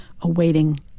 awaiting